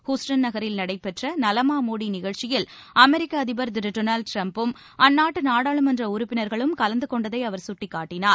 Houston நகரில் நடைபெற்ற நலமா மோடி நிகழ்ச்சியில் அமெரிக்க அதிபர் திரு டொனால்ட் ட்ரம்ப்பும் அந்நாட்டு நாடாளுமன்ற உறுப்பினர்களும் கலந்து கொண்டதை அவர் சுட்டிக்காட்டினார்